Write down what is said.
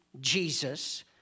Jesus